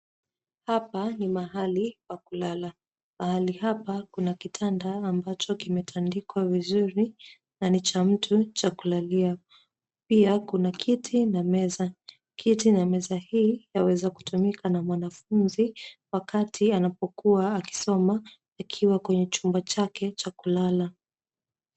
Hapa ni mahali pa kulala. Mahali hapa kuna kitanda ambacho kimetandikwa vizuri na ni cha mtu cha kulalia. Pia kuna kiti na meza. Kiti na meza hii yaweza tumika na mwanafunzi wakati anapokuwa akisoma akiwa kwa chumba chake.